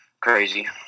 crazy